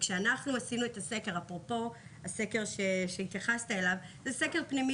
כשאנחנו עשינו את הסקר אפרופו הסקר שהתייחסת אליו זהו סקר פנימי,